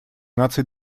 наций